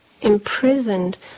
imprisoned